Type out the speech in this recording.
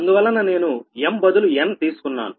అందువలన నేను m బదులు n తీసుకున్నారు